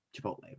Chipotle